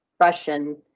russian,